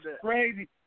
crazy